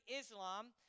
Islam